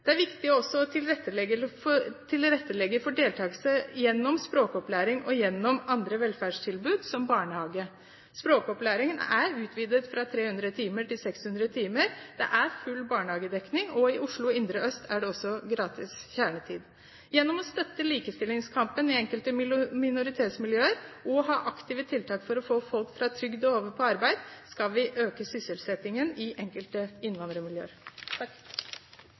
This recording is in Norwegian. Det er viktig også å tilrettelegge for deltakelse gjennom språkopplæring og gjennom andre velferdstilbud, som barnehage. Språkopplæringen er utvidet fra 300 timer til 600 timer, det er full barnehagedekning, og i Oslo indre øst er det også gratis kjernetid. Gjennom å støtte likestillingskampen i enkelte minoritetsmiljøer og ha aktive tiltak for å få folk fra trygd og over på arbeid, skal vi øke sysselsettingen i enkelte innvandrermiljøer.